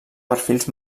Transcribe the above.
perfils